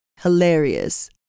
hilarious